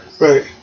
Right